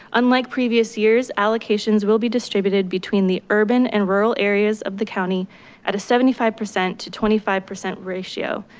unlike previous years, allocations will be distributed between the urban and rural areas of the county at a seventy five percent to twenty five percent ratio.